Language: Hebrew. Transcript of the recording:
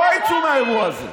לא יצאו מהאירוע הזה.